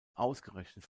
ausgerechnet